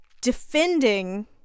defending